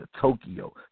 Tokyo